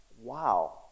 wow